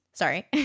Sorry